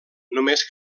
només